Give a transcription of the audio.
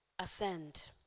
Ascend